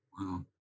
Wow